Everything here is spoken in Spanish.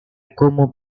como